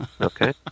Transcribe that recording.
Okay